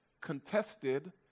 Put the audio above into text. contested